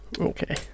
Okay